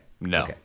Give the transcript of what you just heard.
No